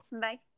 bye